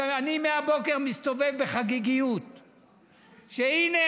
בגלל שאני מהבוקר מסתובב בחגיגיות שהינה,